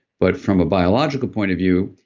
but from a biological point of view,